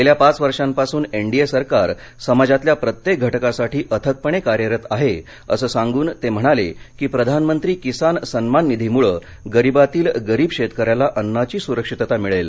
गेल्या पाच वर्षापासून एनडीए सरकार समाजातल्या प्रत्येक घटकासाठी अथकपणे कार्यरत आहे असं सांगून ते म्हणाले की प्रधानमंत्री किसान सम्मान निधीमुळे गरीबातील गरीब शेतकऱ्याला अन्नाची सुरक्षितता मिळेल